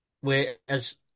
whereas